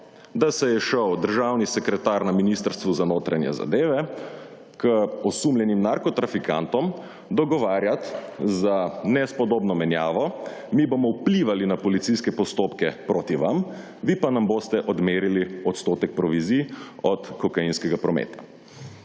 da se je šel državni sekretar na Ministrstvu za notranje zadeve k osumljenim »narkotrafikantom« dogovarjat za **65. TRAK (VI) 14.35** (nadaljevanje) nespodobno menjavo. Mi bomo vplivali na policijske postopke prot vam, vi pa nam boste odmerili odstotek provizij od kokainskega prometa.